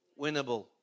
winnable